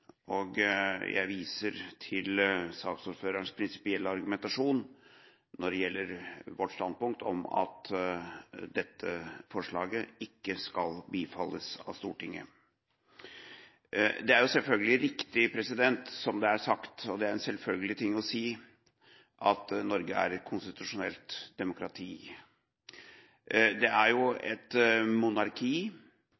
saken. Jeg viser til saksordførerens prinsipielle argumentasjon når det gjelder vårt standpunkt om at dette forslaget ikke skal bifalles av Stortinget. Det er selvfølgelig riktig som det er sagt – og det er en selvfølgelig ting å si – at Norge er et konstitusjonelt demokrati. Det er